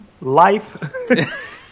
life